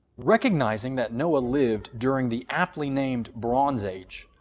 recognizing that noah lived during the aptly-named bronze age,